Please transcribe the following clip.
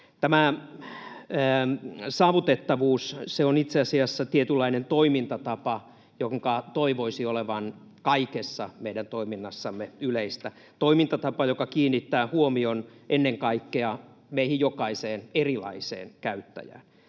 Saavutettavuus on itse asiassa tietynlainen toimintatapa, jonka toivoisin olevan kaikessa meidän toiminnassamme yleistä toimintatapaa, joka kiinnittää huomion ennen kaikkea meihin jokaiseen erilaiseen käyttäjään: